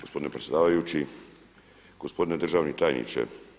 Gospodine predsjedavajući, gospodine državni tajniče.